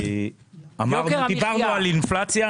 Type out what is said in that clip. דיברנו על אינפלציה,